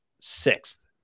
sixth